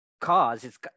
cars